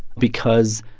because,